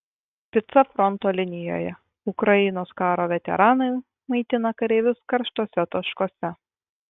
pica fronto linijoje ukrainos karo veteranai maitina kareivius karštuosiuose taškuose